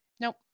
nope